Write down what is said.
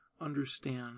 understand